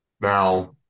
Now